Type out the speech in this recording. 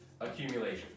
accumulation